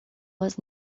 was